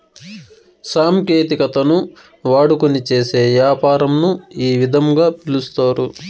సాంకేతికతను వాడుకొని చేసే యాపారంను ఈ విధంగా పిలుస్తారు